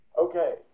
Okay